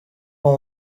uwo